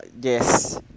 Yes